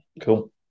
Cool